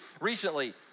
recently